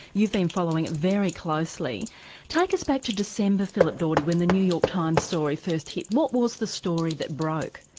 you've been following it very closely take us back to december philip dawdy when the new york times story first hit. what was the story that broke?